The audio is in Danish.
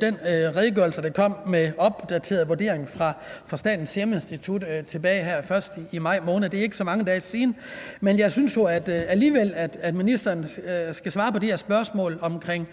den redegørelse, der kom, med en opdateret vurdering fra Statens Serum Institut her først i maj måned. Det er ikke så mange dage siden, men jeg synes alligevel, ministeren skal svare på det her spørgsmål omkring